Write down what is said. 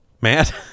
Matt